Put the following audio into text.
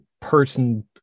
person